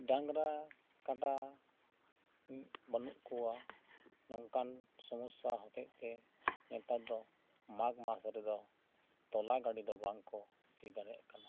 ᱰᱟᱝᱨᱟ ᱠᱟᱰᱟ ᱵᱟᱹᱱᱩᱜ ᱠᱚᱣᱟ ᱱᱚᱝᱠᱟᱱ ᱥᱚᱢᱚᱥᱥᱟ ᱦᱚᱛᱮᱛᱮ ᱱᱮᱛᱟᱨ ᱫᱚ ᱢᱟᱜᱽ ᱢᱟᱥ ᱨᱮᱫᱚ ᱛᱚᱞᱟ ᱜᱟᱹᱲᱤ ᱛᱮ ᱫᱚ ᱵᱟᱝ ᱠᱚ ᱥᱤ ᱫᱟᱲᱮᱭᱟᱜ ᱠᱟᱱᱟ